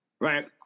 Right